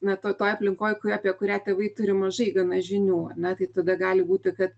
na toj toj aplinkoj kui apie kurią tėvai turi mažai gana žinių ar ne tai tada gali būti kad